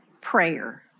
prayer